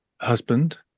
husband